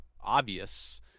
obvious